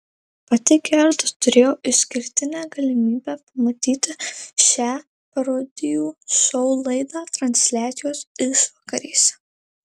pati gerda turėjo išskirtinę galimybę pamatyti šią parodijų šou laidą transliacijos išvakarėse